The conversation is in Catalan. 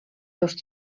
seus